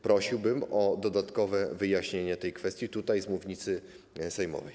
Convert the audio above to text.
Prosiłbym o dodatkowe wyjaśnienie tej kwestii tutaj, z mównicy sejmowej.